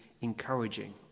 encouraging